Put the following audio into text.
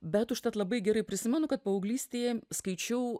bet užtat labai gerai prisimenu kad paauglystėje skaičiau